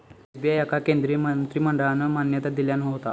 SBI याका केंद्रीय मंत्रिमंडळान मान्यता दिल्यान होता